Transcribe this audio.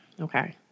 Okay